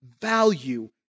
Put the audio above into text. value